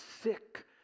sick